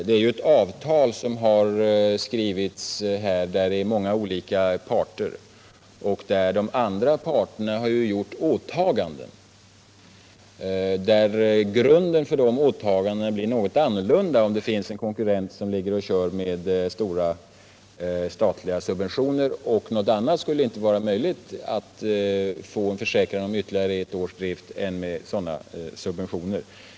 Det är ju ett avtal som har skrivits med många olika parter, där de andra parterna har gjort åtaganden. Grunden för de åtagandena blir något annorlunda om det finns en konkurrent som ligger och kör med stora statliga subventioner. Att få en försäkran om ytterligare ett års drift skulle inte vara möjligt med något annat än sådana subventioner.